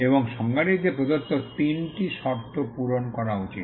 এবং সংজ্ঞাটিতে প্রদত্ত 3 শর্ত পূরণ করা উচিত